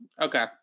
Okay